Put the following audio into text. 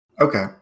Okay